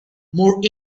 more